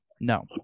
No